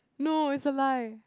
no is a lie